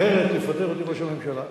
אחרת יפטר אותי ראש הממשלה,